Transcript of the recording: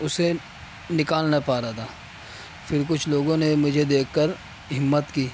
اسے نکال نہ پا رہا تھا پھر کچھ لوگوں نے مجھے دیکھ کر ہمت کی